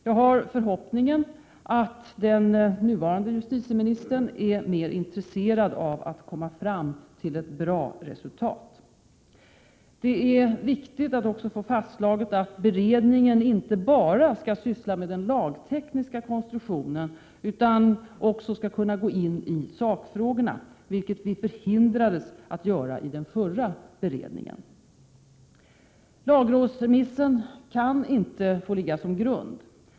Jag har förhoppningen att den nuvarande justitieministern är mer intresserad av att komma fram till ett bra resultat. Det är viktigt att också få fastslaget att beredningen inte bara skall syssla med den lagtekniska konstruktionen utan också kunna gå in i sakfrågorna, vilket vi förhindrades att göra i den förra beredningen. Lagrådsremissen kan inte ligga till grund.